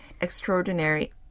extraordinary